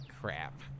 Crap